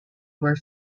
were